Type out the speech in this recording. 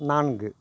நான்கு